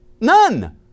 None